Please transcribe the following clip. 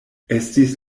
estis